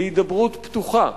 להידברות פתוחה